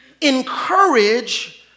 Encourage